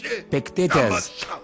spectators